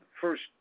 first